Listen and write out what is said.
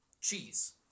Cheese